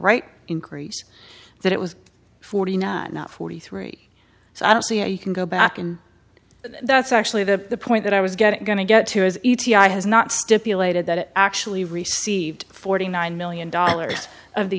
right increase that it was forty nine not forty three so i don't see how you can go back and that's actually the point that i was getting going to get to is e t i has not stipulated that it actually received forty nine million dollars of the